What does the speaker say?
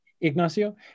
Ignacio